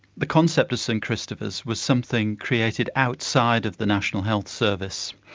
the concept of st christopher's was something created outside of the national health service,